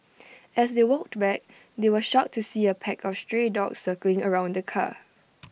as they walked back they were shocked to see A pack of stray dogs circling around the car